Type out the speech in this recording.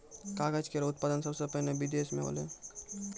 कागज केरो उत्पादन सबसें पहिने बिदेस म होलै